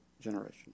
generation